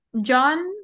John